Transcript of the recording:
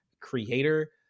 creator